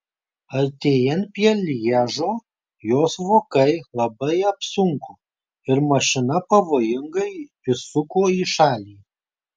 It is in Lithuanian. artėjant prie lježo jos vokai labai apsunko ir mašina pavojingai išsuko į šalį